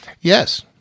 Yes